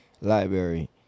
library